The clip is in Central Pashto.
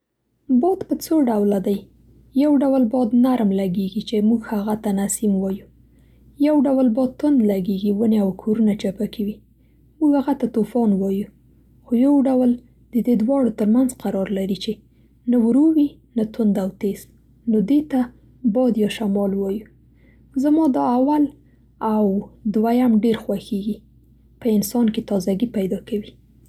باد په څو ډوله دی. یو ډول باد نرم لګېږي چې موږ هغه ته نسیم وایو. یو ډول باد تند لګېږي، ونې او کورونه چپه کوي، موږ هغه ته طوفان وایو، خو یو ډول د دې دواړو تر منځ قرار لري چې نه ورو وي نه تند او تېز نو دې ته باد یا شمال وایو. زما دا اول او دویم ډېر خوښېږي. په انسان کې تازه ګي پیدا کوي.